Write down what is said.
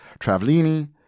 Travellini